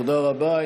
תודה רבה.